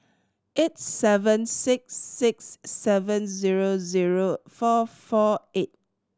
eight seven six six seven zero zero four four eight